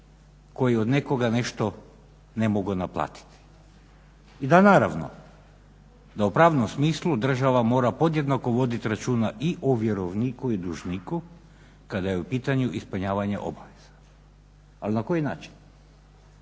koji od nekoga nešto ne mogu naplatiti. I da naravno da u pravnom smislu država mora podjednako voditi računa i o vjerovniku i dužniku kada je u pitanju ispunjavanje obaveza. Ali na koji način?